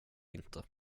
inte